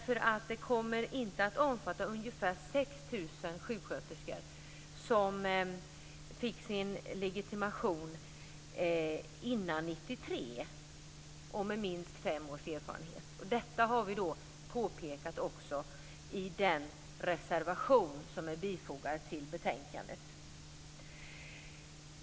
Den kommer nämligen inte att omfatta ungefär 6 000 sjuksköterskor som fått sin legitimation före 1993 och som har minst fem års erfarenhet. Vi har påpekat detta i den reservation som är fogad vid betänkandet.